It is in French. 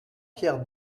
pierre